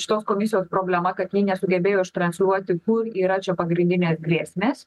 šitos komisijos problema kad ji nesugebėjo ištransliuoti kur yra čia pagrindinės grėsmės